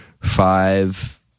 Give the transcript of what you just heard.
five